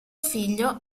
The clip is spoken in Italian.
figlio